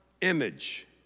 image